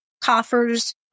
coffers